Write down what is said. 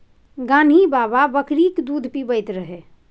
गान्ही बाबा बकरीक दूध पीबैत रहय